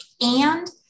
And-